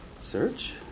Search